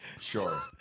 sure